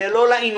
זה לא לעניין.